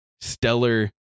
stellar